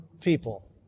people